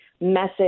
message